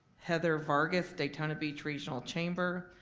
heather vargas daytona beach regional chamber,